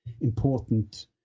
important